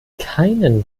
keinen